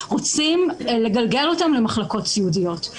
רוצים לגלגל אותם למחלקות סיעודיות,